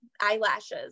eyelashes